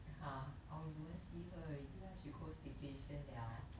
!huh! oh you won't see her already lah she go staycation liao